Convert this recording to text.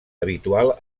habitual